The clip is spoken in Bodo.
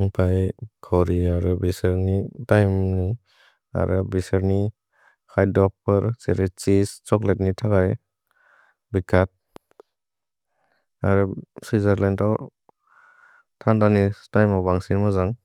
न्पए कोरि अरे बेसन् नि थन्गम। अरे बेसन् नि खै दोपेर्, चिलि छीसे, चोक्लत् नि थकय। भेकत् अरे स्वित्जेर्लन्दो थन्गन नि थन्गम वन्क्सिन् मजन्ग्।